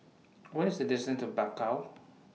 What IS The distance to Bakau